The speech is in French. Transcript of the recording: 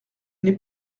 n’est